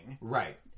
Right